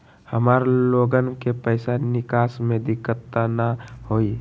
हमार लोगन के पैसा निकास में दिक्कत त न होई?